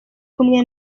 kumwe